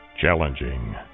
Challenging